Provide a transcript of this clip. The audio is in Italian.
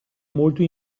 molto